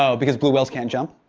so because blue whales can't jump?